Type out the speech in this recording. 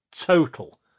total